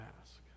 ask